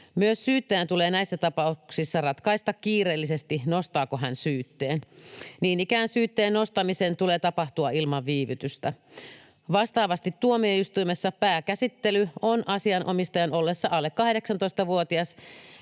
Myös syyttäjän tulee näissä tapauksissa ratkaista kiireellisesti, nostaako hän syytteen. Niin ikään syytteen nostamisen tulee tapahtua ilman viivytystä. Vastaavasti tuomioistuimessa pääkäsittely on asianomistajan ollessa alle 18-vuotias